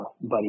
Buddy